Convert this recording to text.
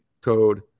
code